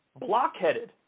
blockheaded